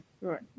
Right